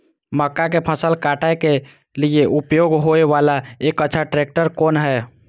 मक्का के फसल काटय के लिए उपयोग होय वाला एक अच्छा ट्रैक्टर कोन हय?